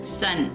sun